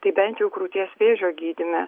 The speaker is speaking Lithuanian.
tai bent jau krūties vėžio gydyme